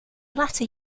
latter